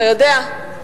אתה יודע,